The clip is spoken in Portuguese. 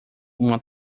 uma